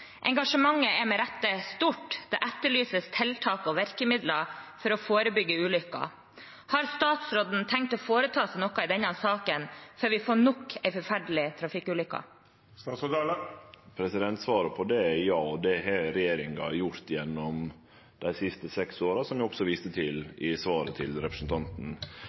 Engasjementet er med rette stort. Det etterlyses tiltak og virkemidler for å forebygge ulykker. Har statsråden tenkt å foreta seg noe i denne saken før vi får nok en forferdelig trafikkulykke?» Svaret på det er ja, og det har regjeringa gjort gjennom dei siste seks åra, som eg også viste til i svaret til representanten